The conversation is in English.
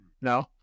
No